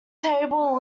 table